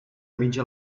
mitja